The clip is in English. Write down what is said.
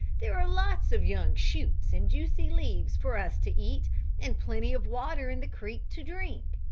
there are lots of young shoots and juicy leaves for us to eat and plenty of water in the creek to drink.